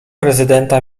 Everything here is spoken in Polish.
prezydenta